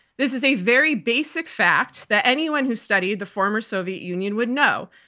this is a very basic fact that anyone who studied the former soviet union would know,